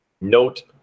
note